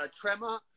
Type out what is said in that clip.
Tremor